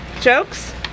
Jokes